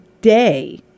day